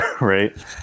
Right